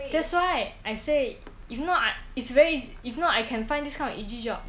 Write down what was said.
that's why I say if not I it's very ea~ if not I can find this kind of easy job